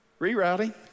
Rerouting